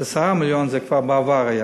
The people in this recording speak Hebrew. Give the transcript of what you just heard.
10 מיליון זה כבר היה בעבר,